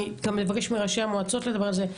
גם נבקש מראשי המועצות לדבר על זה,